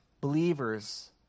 believers